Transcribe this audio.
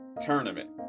tournament